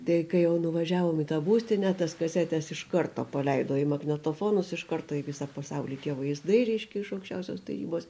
tai kai jau nuvažiavom į tą būstinę tas kasetes iš karto paleido į magnetofonus iš karto į visą pasaulį tie vaizdai reiškia iš aukščiausios tarybos